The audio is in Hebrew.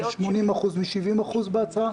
זה 80% מ-70% בהצעה?